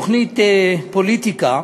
בתוכנית "פוליטיקה",